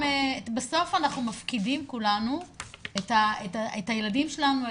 בסוף אנחנו מפקידים כולנו את הילדים שלנו,